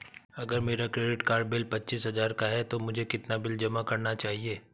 अगर मेरा credit card bill पच्चीस हजार का है तो मुझे कितना बिल जमा करना चाहिए?